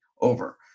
over